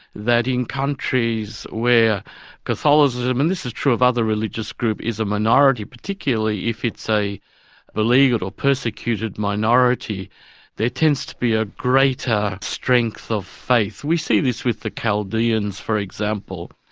that in countries where catholicism and this is true of other religious groups is a minority, particularly if it's a beleaguered or persecuted minority there tends to be a greater strength of faith. we see this with the chaldeans, for example,